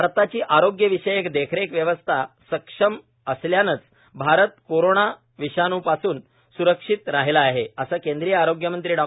भारताची आरोग्यविषयक देखरेख व्यवस्था सक्षम असल्यानंच भारत कोरोना विषाणूपासून स्रक्षित राहिला आहे असं केंद्रीय आरोग्यमंत्री डॉ